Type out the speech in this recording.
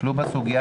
טפלו בסוגיה,